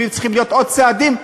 ואם צריכים להיות עוד צעדים,